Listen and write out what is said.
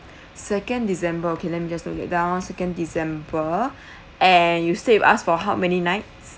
second december okay let me just note it down second december and you stay with us for how many nights